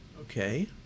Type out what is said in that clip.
okay